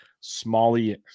Smalley